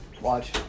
Watch